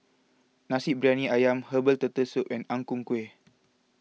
Nasi Briyani Ayam Herbal Turtle Soup and Ang Ku Kueh